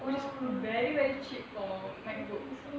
which is very very cheap for Macbooks